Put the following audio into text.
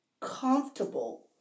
comfortable